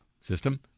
system